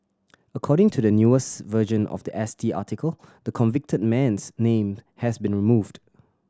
according to the newest version of the S T article the convicted man's name has been removed